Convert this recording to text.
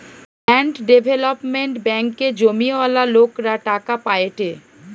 land development ব্যাঙ্কে জমিওয়ালা লোকরা টাকা পায়েটে